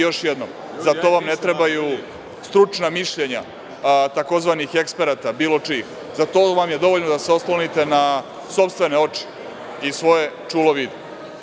Još jednom, za to vam ne trebaju stručna mišljenja tzv. eksperata bilo čijih, za to vam je dovoljno da se oslonite na sopstvene oči i svoje čulo vida.